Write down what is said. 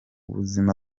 buzima